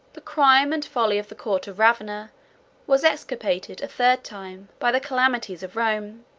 the crime and folly of the court of ravenna was expiated, a third time, by the calamities of rome.